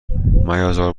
میازار